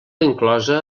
inclosa